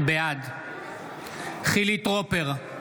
בעד חילי טרופר,